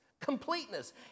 completeness